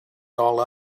all